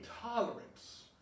tolerance